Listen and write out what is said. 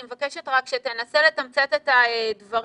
אני מבקשת שתנסה לתמצת את הדברים.